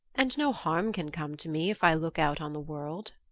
and no harm can come to me if i look out on the world.